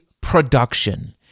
production